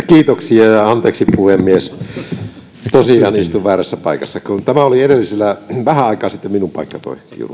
kiitoksia ja anteeksi puhemies tosiaan istuin väärässä paikassa kun tämä kiurun paikka oli vähän aikaa sitten minun paikkani